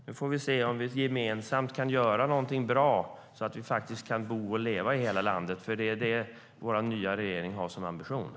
Nu får vi se om vi gemensamt kan göra någonting bra så att vi faktiskt kan bo och leva i hela landet, för det är det vår nya regering har som ambition.